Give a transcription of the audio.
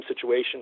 situation